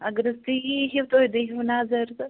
اگر حظ تُہۍ ییٖہُو تُہۍ دیٖہو نظر تہٕ